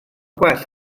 gwell